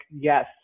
yes